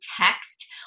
text